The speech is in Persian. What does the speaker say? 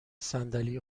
صندلی